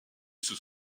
sous